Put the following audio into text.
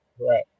Right